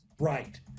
right